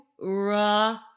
raw